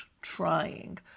trying